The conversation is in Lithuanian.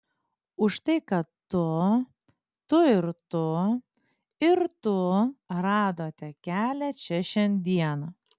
už tai kad tu tu ir tu ir tu radote kelią čia šiandieną